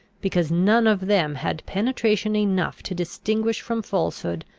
because none of them had penetration enough to distinguish from falsehood,